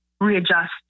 readjust